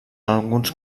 alguns